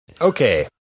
Okay